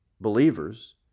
believers